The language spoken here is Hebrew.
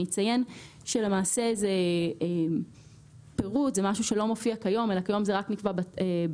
אני אציין שלמעשה זה משהו שלא מופיע כיום אלא כיום זה רק נקבע בטופס.